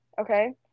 Okay